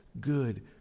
good